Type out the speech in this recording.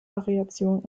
variation